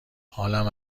حالم